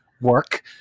work